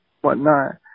whatnot